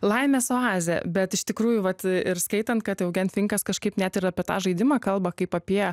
laimės oazė bet iš tikrųjų vat ir skaitant kad eugenfinkas kažkaip net ir apie tą žaidimą kalba kaip apie